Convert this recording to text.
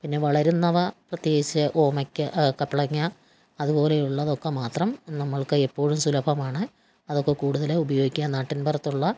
പിന്നെ വളരുന്നവ പ്രത്യേകിച്ച് ഓമയ്ക്ക കപ്പളങ്ങ അതുപോലെ ഉള്ളതൊക്കെ മാത്രം നമ്മൾക്ക് എപ്പോഴും സുലഭമാണ് അതൊക്കെ കൂടുതൽ ഉപയോഗിക്കുക നാട്ടിൻപുറത്തുള്ള